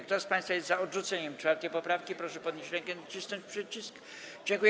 Kto z państwa jest za odrzuceniem 4. poprawki, proszę podnieść rękę i nacisnąć przycisk.